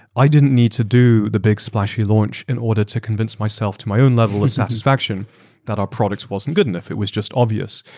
i didn't need to do the big splashy launch in order to convince myself to my own level of satisfaction that our product wasn't good enough. it was just obvious.